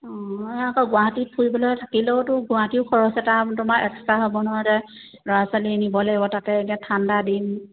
অঁ আকৌ গুৱাহাটী ফুৰিবলৈ থাকিলেওতো গুৱাহাটীও খৰচ এটা তোমাৰ এক্সট্ৰা হ'ব নহয় এতিয়া ল'ৰা ছোৱালী নিব লাগিব তাতে এতিয়া ঠাণ্ডা দিন